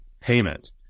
payment